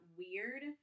weird